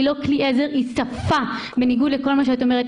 היא לא כלי עזר היא שפה בניגוד למה שאת אומרת.